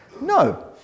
No